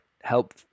help